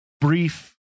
brief